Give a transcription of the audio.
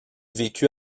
vécut